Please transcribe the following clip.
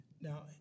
Now